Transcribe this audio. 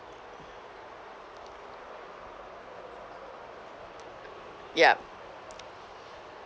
yup